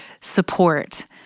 support